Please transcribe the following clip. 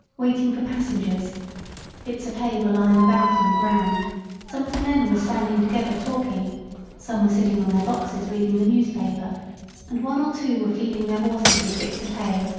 waiting for passengers bits of hay were lying about on the ground some of the men were standing together talking some were sitting on their boxes reading the newspaper and one or two were feeding their horses with bits of hay,